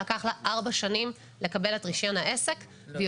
לקח לה ארבע שנים לקבל את רישיון העסק והיא